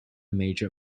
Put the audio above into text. major